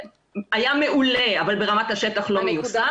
היה מעולה אבל ברמת השטח לא מיושם.